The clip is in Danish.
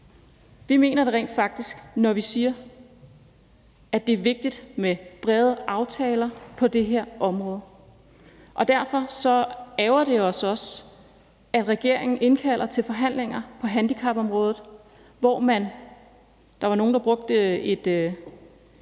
Vi mener det rent faktisk, når vi siger, at det er vigtigt med brede aftaler på det her område. Derfor ærgrer det os også, at regeringen indkalder til forhandlinger på handicapområdet, hvor man